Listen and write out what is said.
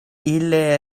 ille